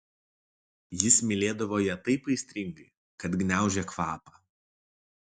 jis mylėdavo ją taip aistringai kad gniaužė kvapą